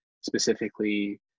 specifically